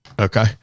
Okay